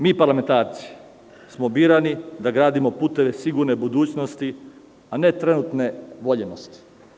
Mi, parlamentarci, smo birani da gradimo puteve sigurne budućnosti, a ne trenutne voljenosti.